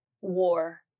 war